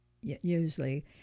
usually